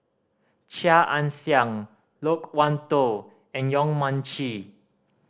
Chia Ann Siang Loke Wan Tho and Yong Mun Chee